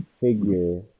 figure